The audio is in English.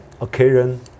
occasion